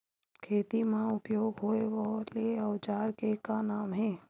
खेत मा उपयोग होए वाले औजार के का नाम हे?